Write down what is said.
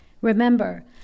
Remember